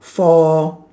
for